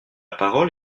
parole